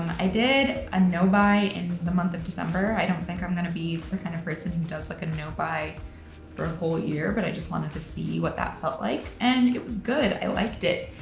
i did a no-buy in the month of december. i don't think i'm gonna be the kind of person who does like a no-buy for a whole year, but i just wanted to see what that felt like, and it was good. i liked it.